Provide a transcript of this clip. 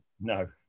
No